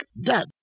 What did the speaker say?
dead